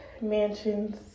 mansions